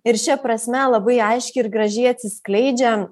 ir šia prasme labai aiškiai ir gražiai atsiskleidžia